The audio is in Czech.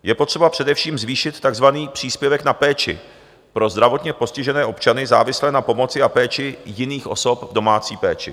Je potřeba především zvýšit takzvaný příspěvek na péči pro zdravotně postižené občany závislé na pomoci a péči jiných osob v domácí péči.